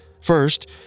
First